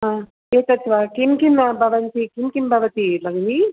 हा एतत् वा किं किं भवन्ति किं किं भवति भगिनि